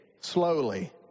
slowly